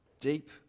Deep